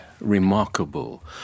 remarkable